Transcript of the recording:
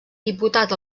diputat